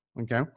okay